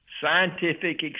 scientific